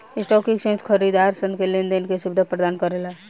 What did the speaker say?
stock exchange खरीदारसन के लेन देन के सुबिधा परदान करेला